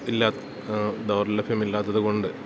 ഇല്ല ദൗർലഭ്യമില്ലാത്തത് കൊണ്ട്